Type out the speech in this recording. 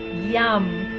yum.